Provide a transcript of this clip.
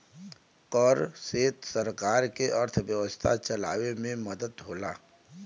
कर से सरकार के अर्थव्यवस्था चलावे मे मदद होला